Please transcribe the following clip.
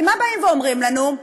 כי מה אומרים לנו?